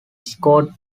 scott